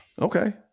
Okay